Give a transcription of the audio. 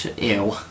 Ew